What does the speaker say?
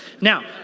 Now